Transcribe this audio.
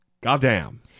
Goddamn